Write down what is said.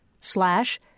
slash